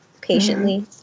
patiently